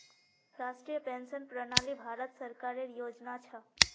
राष्ट्रीय पेंशन प्रणाली भारत सरकारेर योजना छ